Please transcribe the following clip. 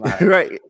Right